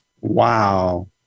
Wow